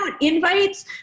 invites